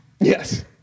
Yes